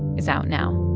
is out now